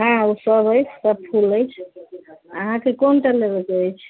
हँ ओसभ अछि सब फूल अछि अहाँके कोन कोन लेबाके अछि